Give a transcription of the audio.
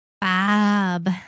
Bob